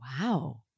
Wow